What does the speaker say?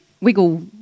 wiggle